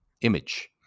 image